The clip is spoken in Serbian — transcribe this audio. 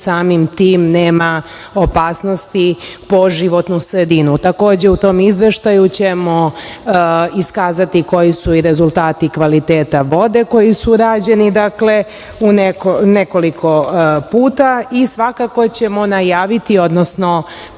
samim tim nema opasnosti po životnu sredinu. Takođe, u tom izveštaju ćemo iskazati koji su i rezultati kvaliteta vode koji su rađeni, dakle, nekoliko puta i svakako ćemo najaviti, odnosno